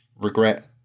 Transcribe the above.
regret